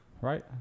Right